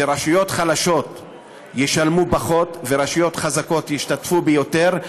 שרשויות חלשות ישלמו פחות ורשויות חזקות ישתתפו ביותר.